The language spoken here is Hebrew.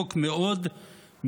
מעוז.